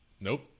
Nope